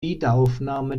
wiederaufnahme